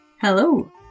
Hello